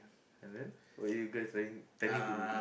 and then what you guys planning planning to do